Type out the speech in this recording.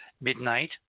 midnight